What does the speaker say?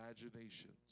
imaginations